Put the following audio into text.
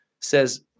says